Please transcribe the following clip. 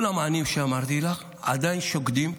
על כל המענים שאמרתי לך עדיין שוקדים,